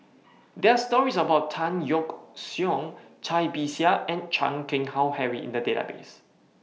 There Are stories about Tan Yeok Seong Cai Bixia and Chan Keng Howe Harry in The Database